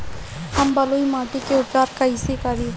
हम बलुइ माटी के उपचार कईसे करि?